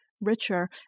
richer